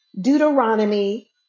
Deuteronomy